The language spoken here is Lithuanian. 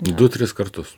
du tris kartus